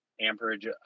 amperage